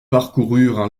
parcoururent